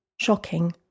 shocking